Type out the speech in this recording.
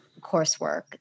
coursework